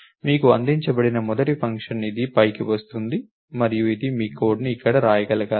మీకు అందించబడిన మొదటి ఫంక్షన్ పాపులేట్ మరియు ఇది మీ కోడ్ని ఇక్కడ వ్రాయగలగాలి